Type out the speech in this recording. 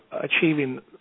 achieving